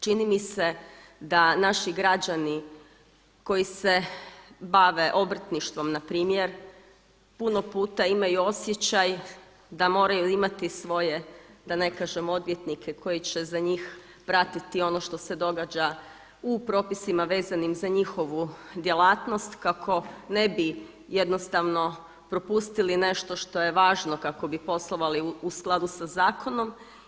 Čini mi se da naši građani koji se bave obrtništvom npr. puno puta imaju osjećaj da moraju imati svoje, da ne kažem odvjetnike koji će za njih pratiti ono što se događa u propisima vezanim za njihovu djelatnost kako ne bi jednostavno propustili nešto što je važno kako bi poslovali u skladu sa zakonom.